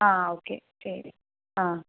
ആ ഓക്കേ ശരി